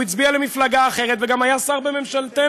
הוא הצביע למפלגה אחרת וגם היה שר בממשלתנו.